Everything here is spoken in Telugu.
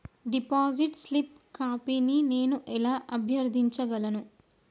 డిపాజిట్ స్లిప్ కాపీని నేను ఎలా అభ్యర్థించగలను?